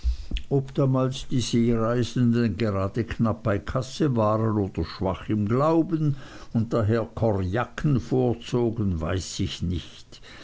ob damals die seereisenden gerade knapp bei kasse waren oder schwach im glauben und daher korkjacken vorzogen weiß ich nicht